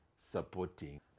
supporting